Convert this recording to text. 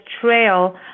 trail